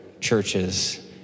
churches